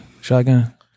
shotgun